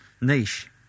niche